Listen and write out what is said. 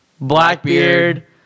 Blackbeard